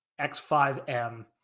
X5M